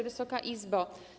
Wysoka Izbo!